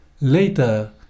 later